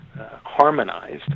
harmonized